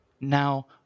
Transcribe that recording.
Now